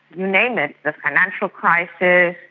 you name it, the financial crisis,